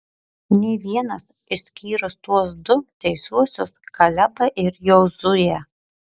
nė vienas išskyrus tuos du teisiuosius kalebą ir jozuę